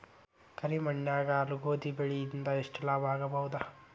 ಕರಿ ಮಣ್ಣಾಗ ಗೋಧಿ ಬೆಳಿ ಇಂದ ಎಷ್ಟ ಲಾಭ ಆಗಬಹುದ?